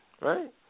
right